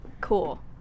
Cool